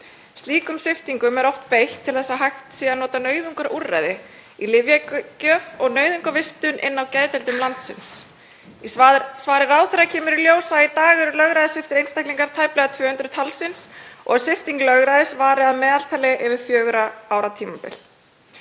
Slíkum sviptingum er oft beitt til að hægt sé að nota nauðungarúrræði í lyfjagjöf og nauðungarvistun inni á geðdeildum landsins. Í svari ráðherra kemur í ljós að í dag eru lögræðissviptir einstaklingar tæplega 200 talsins og svipting lögræðis vari að meðaltali í fjögur ár.